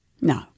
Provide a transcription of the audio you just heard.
No